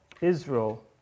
Israel